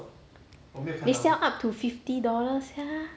they sell up to fifty dollars sia